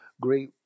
great